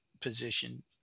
position